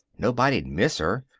nobody'd miss her,